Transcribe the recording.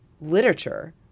literature